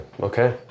Okay